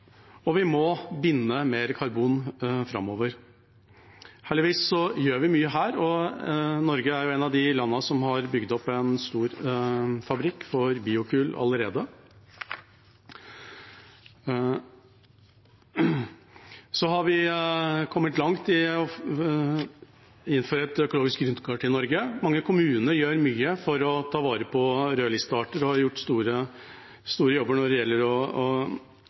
og vi må binde mer karbon framover. Heldigvis gjør vi mye her, og Norge er et av de landene som allerede har bygd opp en stor fabrikk for biokull. Og så har vi kommet langt i å innføre et økologisk grunnkart i Norge. Mange kommuner gjør mye for å ta vare på rødlistearter og har gjort en stor jobb når det gjelder å